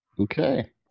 okay